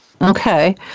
Okay